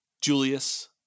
Julius